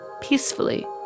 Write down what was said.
peacefully